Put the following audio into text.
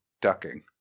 ducking